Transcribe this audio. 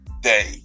day